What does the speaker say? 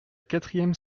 quatrième